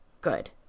good